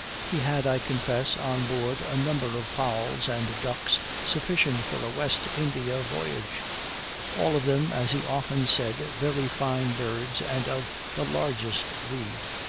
he had, i confess, on board a number of fowls and ducks sufficient for a west india voyage all of them, as he often said, very fine birds, and of the largest breed.